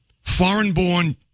foreign-born